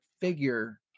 figure